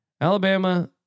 Alabama